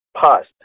past